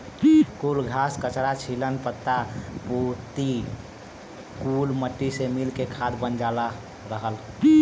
कुल घास, कचरा, छीलन, पत्ता पुत्ती कुल मट्टी से मिल के खाद बन जात रहल